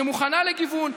שמוכנה לגיוון.